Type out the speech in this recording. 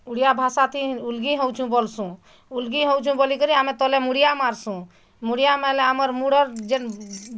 ଓଡ଼ିଆ ଭାଷାଥି ଉଲ୍ଗି ହଉଛୁ ବୋଲ୍ସୁଁ ଉଲ୍ଗି ହଉଛୁଁ ବୋଲିକରି ଆମେ ତଲେ ମୁଡ଼ିଆ ମାରସୁଁ ମୁଡ଼ିଆ ମାଇଲେ ଆମର୍ ମୁଡ଼ର୍ ଯେନ୍